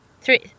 Three